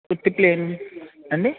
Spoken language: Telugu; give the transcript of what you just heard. ఉత్తి ప్లైన్ అండి